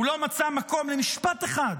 הוא לא מצא מקום למשפט אחד,